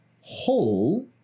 whole